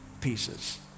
pieces